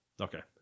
Okay